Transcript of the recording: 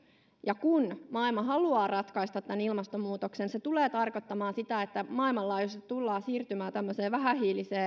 ja kun maailma haluaa ratkaista tämän ilmastonmuutoksen se tulee tarkoittamaan sitä että maailmanlaajuisesti tullaan siirtymään vähähiiliseen